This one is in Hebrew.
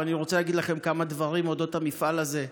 ואני רוצה להגיד לכם כמה דברים על אודות המפעל הזה: